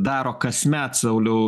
daro kasmet sauliau